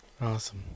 Awesome